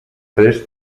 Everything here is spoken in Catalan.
tres